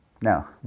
Now